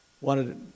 wanted